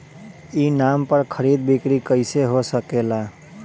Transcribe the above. ई नाम पर खरीद बिक्री कैसे हो सकेला?